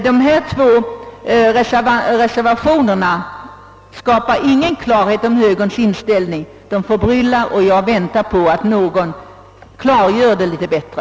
Dessa två reservationer skapar ingen klarhet om högerns inställning — de förbryllar, och jag väntar på ett klarläggande.